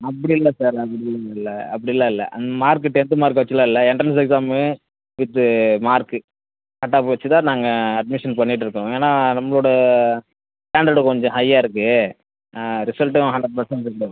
அப்படில்ல sir அப்படின்னு இல்லை அப்படிலாம் இல்லை அந்த மார்க்கு டென்த்து மார்க்கை வச்சுலாம் இல்லை entrance exam with mark cutoff வச்சு தான் நாங்கள் அட்மிஷன் பண்ணிட்டுருக்கோம் ஏன்னா நம்பளோட ஸ்டாண்டர்டு கொஞ்சம் ஹையாக இருக்கு ரிசல்ட்டும் ஹண்ட்ரட் பர்சன்டேஜ்